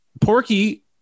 Porky